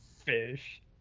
fish